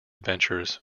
adventures